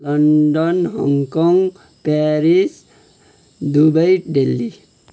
London Hong Kong Paris Dubai Delhi